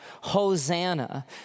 Hosanna